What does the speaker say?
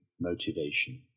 motivation